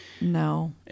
no